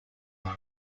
dome